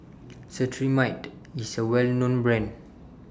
Cetrimide IS A Well known Brand